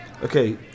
Okay